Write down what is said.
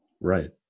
Right